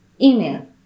Email